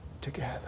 together